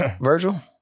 Virgil